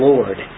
Lord